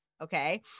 Okay